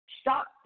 stop